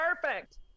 Perfect